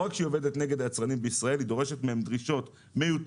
לא רק שהיא עובדת נגדם אלא היא דורשת מהם דרישות מיותרות,